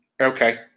okay